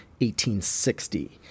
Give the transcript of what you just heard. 1860